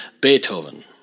Beethoven